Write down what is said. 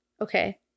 Okay